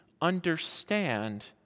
understand